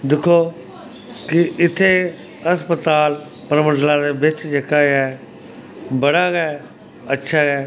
दिक्खो कि इत्थै अस्पताल परमंडला दे बिच्च जेह्का ऐ बड़ा गै अच्छा ऐ